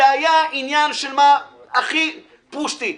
זה היה עניין הכי פושטי.